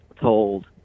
told